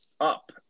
up